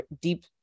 deep